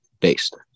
based